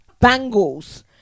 bangles